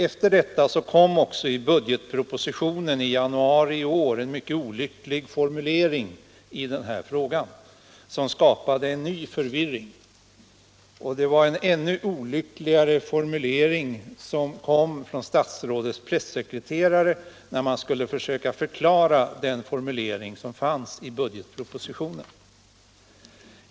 Efter detta kom i budgetpropositionen i januari i år en mycket olycklig formulering i frågan som skapade en ny förvirring, och en ännu olyckligare formulering lämnades av statsrådets pressekreterare när man skulle försöka förklara formuleringen i budgetpropositionen.